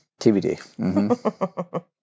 TBD